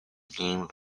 game